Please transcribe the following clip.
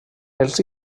els